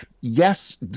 yes